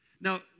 Now